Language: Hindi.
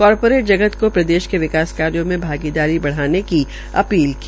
कार रेट जगत को प्रदेश के विकास कार्यो में भागीदारी बढ़ाने की अपील की